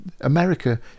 America